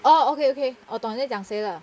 oh okay okay 我懂你在讲谁了